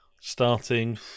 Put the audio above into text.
starting